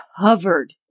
covered